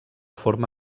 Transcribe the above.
forma